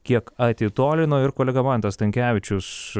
kiek atitolino ir kolega mantas stankevičius